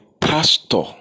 pastor